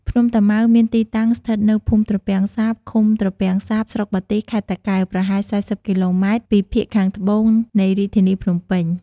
ភ្នំតាម៉ៅមានទីតាំងស្ថិតនៅភូមិត្រពាំងសាប ឃុំត្រពាំងសាប ស្រុកបាទី ខេត្តតាកែវ ប្រហែល ៤០ គីឡូម៉ែត្រពីភាគខាងត្បូងនៃរាជធានីភ្នំពេញ។